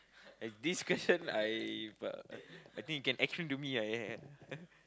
this question I b~ I think you can explain to me eh